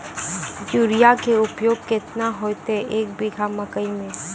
Urea के उपयोग केतना होइतै, एक बीघा मकई मे?